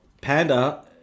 panda